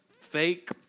fake